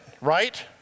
right